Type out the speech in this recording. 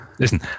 Listen